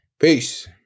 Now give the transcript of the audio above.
Peace